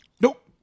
Nope